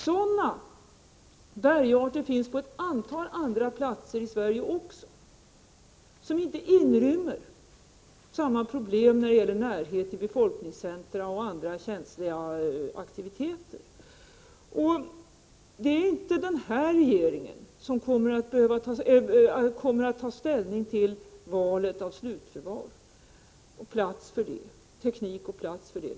Sådana bergarter finns på ett antal andra platser i Sverige också, vilka inte inrymmer samma problem när det gäller närhet till befolkningscentra och andra känsliga aktiviteter. Det är inte den här regeringen som kommer att ta ställning till teknik och plats för slutförvaring.